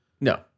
No